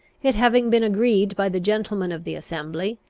it having been agreed by the gentlemen of the assembly,